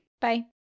Bye